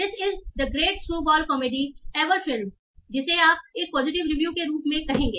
this is the greatest screwball comedy ever filmed जिसे आप एक पॉजिटिव रिव्यू के रूप में कहेंगे